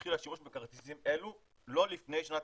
יתחיל השימוש בכרטיסים אלו לא לפני שנת